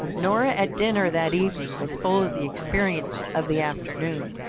nora at dinner that evening was full of the experiences of the afternoon,